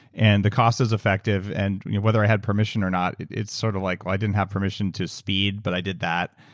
and the cost is effective, and whether i had permission or not it's sort of like, i didn't have permission to speed, but i did that.